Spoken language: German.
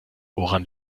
woran